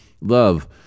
Love